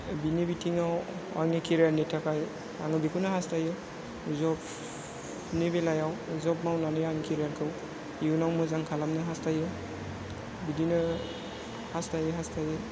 बिनि बिथिंआव आंनि केरियारनि थाखाय आङो बेखौनो हास्थायो जबनि बेलायाव जब मावनानै आं केरियारखौ इयुनाव मोजां खालामनो हास्थायो बिदिनो हास्थायै हास्थायै